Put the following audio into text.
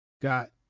got